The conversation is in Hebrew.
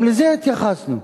גם לזה התייחסנו.